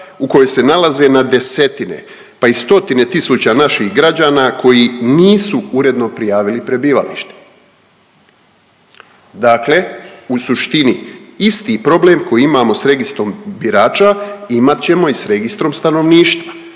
u kojoj se nalaze na desetine pa i stotine tisuća naših građana koji nisu uredno prijavili prebivalište. Dakle u suštini isti problem koji imamo s registrom birača, imat ćemo i s registrom stanovništva